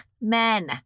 men